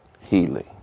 healing